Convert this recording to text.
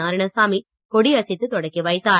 நாராயணசாமி கொடியசைத்துத் தொடக்கி வைத்தார்